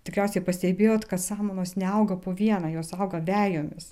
tikriausiai pastebėjot kad samanos neauga po vieną jos auga vejomis